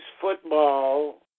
football